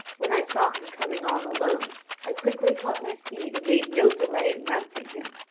when i saw him coming on alone i quickly caught my steed and made no delay in mounting him.